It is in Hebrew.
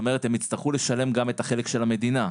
הם יצטרכו לשלם גם את החלק של המדינה,